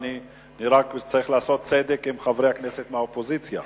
אני רק צריך לעשות צדק עם חברי הכנסת מהאופוזיציה,